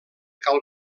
cal